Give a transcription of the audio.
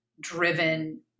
driven